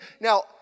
Now